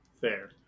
fair